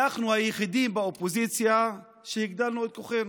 אנחנו היחידים באופוזיציה שהגדלנו את כוחנו.